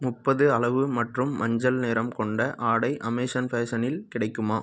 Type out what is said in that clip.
முப்பது அளவு மற்றும் மஞ்சள் நிறம் கொண்ட ஆடை அமேசான் பேசனில் கிடைக்குமா